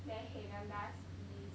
then Haagen Dazs is